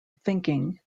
thinking